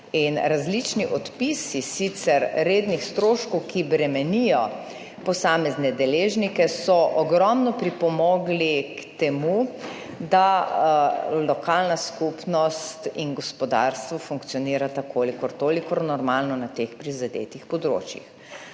različni odpisi sicer rednih stroškov, ki bremenijo posamezne deležnike, so ogromno pripomogli k temu, da lokalna skupnost in gospodarstvo funkcionirata kolikor toliko normalno na teh prizadetih področjih.